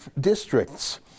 districts